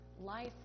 Life